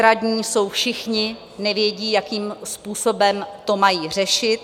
Bezradní jsou všichni, nevědí, jakým způsobem to mají řešit.